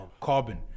carbon